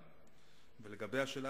אחר.